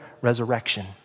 resurrection